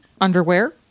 underwear